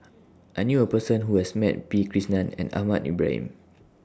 I knew A Person Who has Met P Krishnan and Ahmad Ibrahim